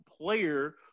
player